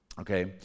Okay